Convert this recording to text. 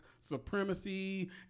supremacy